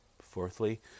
Fourthly